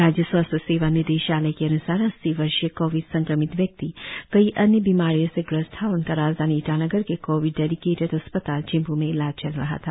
राज्य स्वास्थ्य सेवा निदेशालय के अन्सार अस्सी वर्षीय कोविड संक्रमित व्यक्ति कई अन्य बीमारियों से ग्रस्त था और उनका राजधानी ईटानगर के कोविड डेडिकेटेड अस्पताल चिंपू में इलाज चल रहा था